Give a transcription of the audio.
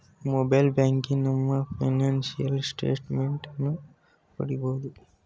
mobile ಬ್ಯಾಂಕಿನಲ್ಲಿ ನಮ್ಮ financial statement ಅನ್ನು ಪಡಿಬೋದು